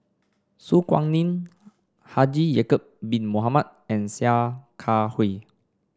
Su Guaning Haji Ya'acob Bin Mohamed and Sia Kah Hui